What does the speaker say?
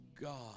God